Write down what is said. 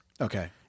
Okay